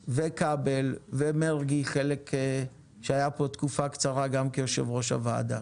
וכבל, ומרגי שהיה פה תקופה קצרה יושב-ראש הוועדה.